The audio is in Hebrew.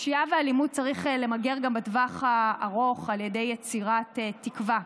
פשיעה ואלימות צריך למגר גם בטווח הארוך על ידי יצירת תקווה,